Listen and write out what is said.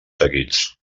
seguits